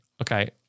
Okay